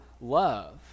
love